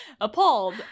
Appalled